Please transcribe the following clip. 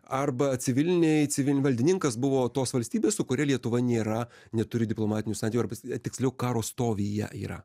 arba civilinėj civilin valdininkas buvo tos valstybės su kuria lietuva nėra neturi diplomatinių santykių arba tiksliau karo stovyje yra